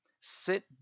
sit